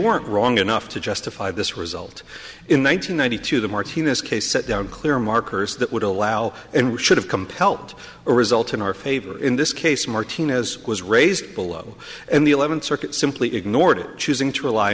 weren't wrong enough to justify this result in one thousand nine hundred two the martinez case set down clear markers that would allow and we should have compelled a result in our favor in this case martinez was raised below and the eleventh circuit simply ignored it choosing to rely